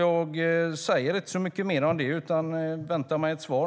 Jag ska inte säga så mycket mer om detta, utan jag väntar mig ett svar.